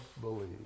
believe